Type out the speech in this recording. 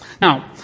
Now